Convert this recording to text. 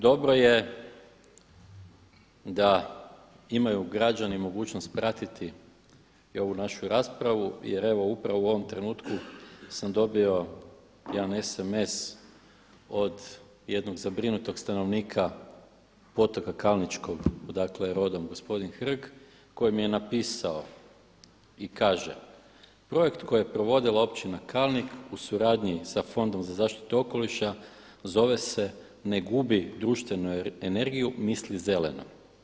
Dobro je da imaju građani mogućnost pratiti i ovu našu raspravu jer upravo evo u ovom trenutku sam dobio jedan SMS od jednog zabrinutog stanovnika Potoka Kalničkog odakle je rodom gospodin Hrg, koji mi je napisao i kaže „Projekt kojeg je provodila Općina Kalnik u suradnji sa Fondom za zaštitu okoliša zove se ne gubi društvenu energiju, misli zeleno.